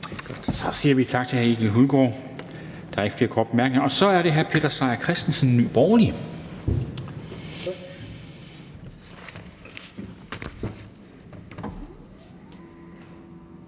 Så siger vi tak til hr. Egil Hulgaard. Der er ikke flere korte bemærkninger, og så er det hr. Peter Seier Christensen, Nye Borgerlige.